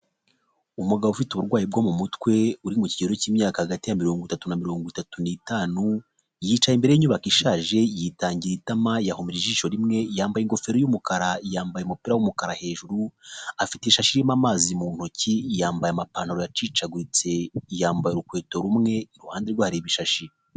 Umugabo ufite uburwayi bwo mu mutwe, uri mu kigero cy'imyaka hagati ya mirongo itatu na mirongo itatu n'itanu, yicaye imbere y'inyubako ishaje, yitangiye itama, yahumirije ijisho rimwe, yambaye ingofero y'umukara, yambaye umupira w'umukara hejuru, afite ishashi irimo amazi mu ntoki, yambaye amapantaro yacicaguritse, yambaye urukweto rumwe, iruhande rwe hari ibishashi.